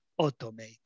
automate